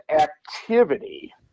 activity